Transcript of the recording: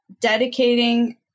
dedicating